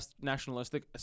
nationalistic